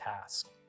task